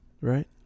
right